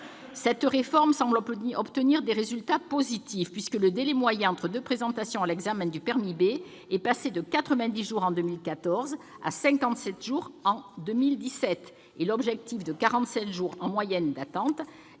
Cette réforme semble obtenir des résultats positifs, puisque le délai moyen entre deux présentations à l'examen du permis B est passé de 90 jours en 2014 à 57 jours en 2017. L'objectif d'une attente moyenne de 45 jours, inscrit